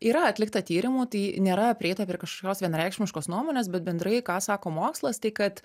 yra atlikta tyrimų tai nėra prieita prie kažkokios vienareikšmiškos nuomonės bet bendrai ką sako mokslas tai kad